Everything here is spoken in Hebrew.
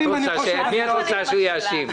את מי את רוצה שהוא יאשים?